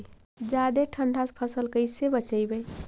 जादे ठंडा से फसल कैसे बचइबै?